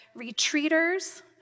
retreaters